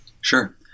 Sure